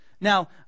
Now